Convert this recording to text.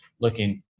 looking